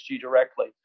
directly